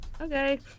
Okay